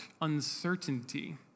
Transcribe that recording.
uncertainty